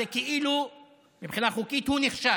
זה כאילו מבחינה חוקית הוא נכשל.